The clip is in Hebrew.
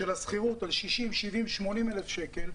שכירות 80,000 שקלים,